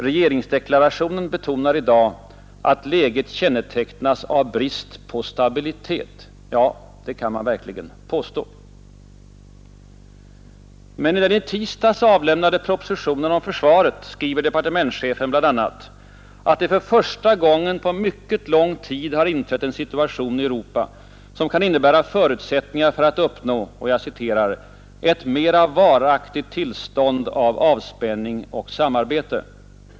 Regeringsdeklarationen betonar i dag att läget kännetecknas av brist på stabilitet. Ja, det kan man verkligen påstå. I den i tisdags avlämnade propositionen om försvaret skriver departementschefen bl.a. att det för första gången på mycket lång tid har inträtt en situation i Europa, som kan innebära förutsättningar för att uppnå ”ett mera varaktigt tillstånd av avspänning och samarbete”.